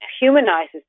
humanizes